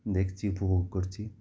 দেখছি উপভোগ করছি